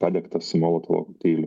padegtas molotovo kokteiliu